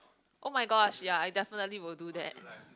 [oh]-my-gosh ya I definitely will do that